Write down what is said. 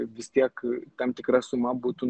vis tiek tam tikra suma būtų